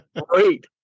great